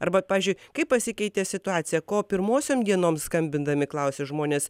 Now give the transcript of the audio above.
arba pavyzdžiui kaip pasikeitė situacija ko pirmosiom dienom skambindami klausė žmonės